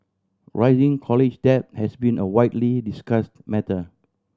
rising college debt has been a widely discussed matter